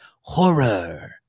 horror